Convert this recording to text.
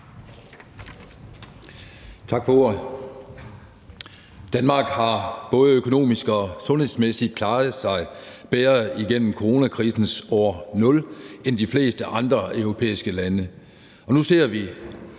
Tak for ordet. Danmark har både økonomisk og sundhedsmæssigt klaret sig bedre igennem coronakrisens år nul end de fleste andre europæiske lande, og nu ser vi